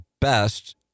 best